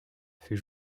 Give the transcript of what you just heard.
fut